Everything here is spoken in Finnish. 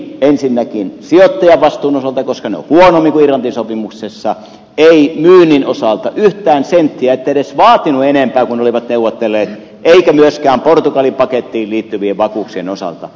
ei ensinnäkään sijoittajavastuun osalta koska ne ovat huonommin kuin irlanti sopimuksessa ei myynnin osalta yhtään senttiä ette edes vaatinut enempää kuin ne olivat neuvotelleet eikä myöskään portugali pakettiin liittyvien vakuuksien osalta